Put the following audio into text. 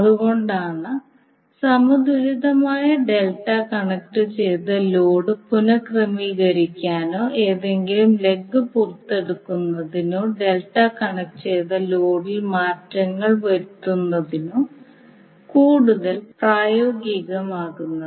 അതുകൊണ്ടാണ് സമതുലിതമായ ഡെൽറ്റ കണക്റ്റുചെയ്ത ലോഡ് പുന ക്രമീകരിക്കുന്നതിനോ ഏതെങ്കിലും ലെഗ് പുറത്തെടുക്കുന്നതിനോ ഡെൽറ്റ കണക്റ്റുചെയ്ത ലോഡിൽ മാറ്റങ്ങൾ വരുത്തുന്നതിനോ കൂടുതൽ പ്രായോഗികമാകുന്നത്